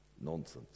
Nonsense